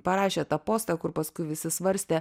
parašė tą postą kur paskui visi svarstė